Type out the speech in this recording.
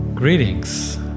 Greetings